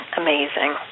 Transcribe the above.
amazing